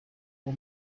uwo